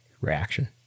reaction